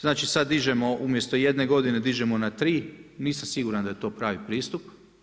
Znači sada dižemo umjesto jedne godine dižemo na 3. Nisam siguran da je to pravi pristup.